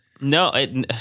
No